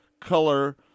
color